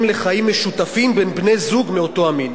לחיים משותפים בין בני-זוג מאותו המין.